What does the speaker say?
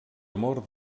amor